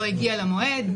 לא הגיע למועד.